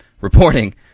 reporting